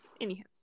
Anyhow